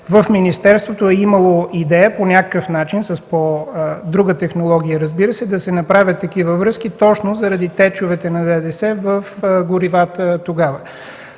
в министерството е имало идеи по някакъв начин, разбира се, по друга технология, да се направят такива връзки точно заради течовете на ДДС в горивата. Тогава